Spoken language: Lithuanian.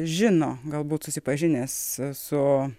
žino galbūt susipažinęs su